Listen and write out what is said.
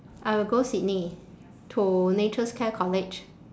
I will go sydney to natures care college